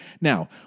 now